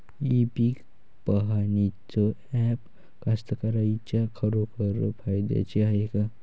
इ पीक पहानीचं ॲप कास्तकाराइच्या खरोखर फायद्याचं हाये का?